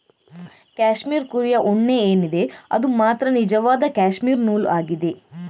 cashmere ಕುರಿಯ ಉಣ್ಣೆ ಏನಿದೆ ಅದು ಮಾತ್ರ ನಿಜವಾದ ಕ್ಯಾಶ್ಮೀರ್ ನೂಲು ಆಗಿದೆ